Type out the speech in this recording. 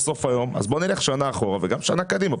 אז בוא נלך שנה אחורה וגם שנה קדימה.